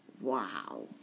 Wow